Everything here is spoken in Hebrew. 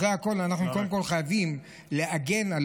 אחרי הכול אנחנו קודם כול חייבים להגן על